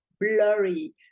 blurry